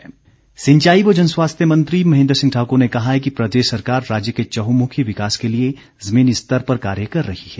महेंद्र सिंह सिंचाई व जनस्वास्थ्य मंत्री महेंद्र सिंह ठाकर ने कहा है कि प्रदेश सरकार राज्य के चहमुखी विकास के लिए जमीनी स्तर पर कार्य कर रही है